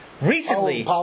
Recently